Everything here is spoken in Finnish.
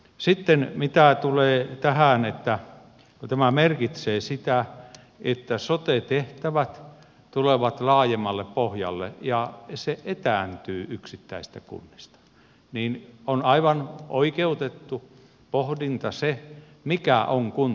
sitten mitä tulee tähän että tämä merkitsee sitä että sote tehtävät tulevat laajemmalle pohjalle ja päätöksenteko etääntyy yksittäisistä kunnista niin on aivan oikeutettu pohdinta se mikä on kunta tulevaisuudessa